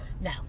No